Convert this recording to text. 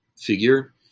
figure